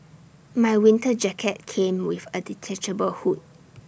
my winter jacket came with A detachable hood